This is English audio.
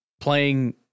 playing